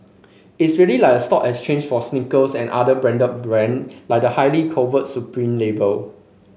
it's really like a stock exchange for sneakers and other branded brand like the highly coveted supreme label